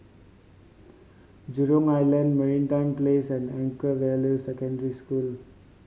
Jurong Island Martin Place and Anchorvale Secondary School